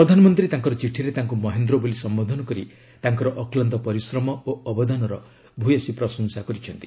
ପ୍ରଧାନମନ୍ତ୍ରୀ ତାଙ୍କର ଚିଠିରେ ତାଙ୍କୁ ମହେନ୍ଦ୍ର ବୋଲି ସମ୍ଘୋଧନ କରି ତାଙ୍କର ଅକ୍ଲାନ୍ତ ପରିଶ୍ରମ ଓ ଅବଦାନର ଭୂୟସୀ ପ୍ରଶଂସା କରିଛନ୍ତି